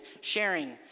sharing